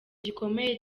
gikomeye